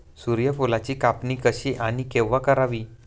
सूर्यफुलाची कापणी कशी आणि केव्हा करावी?